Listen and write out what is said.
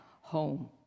home